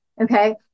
Okay